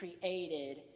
created